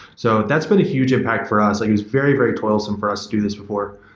so that's been a huge impact for us. like it was very, very toilsome for us do this before.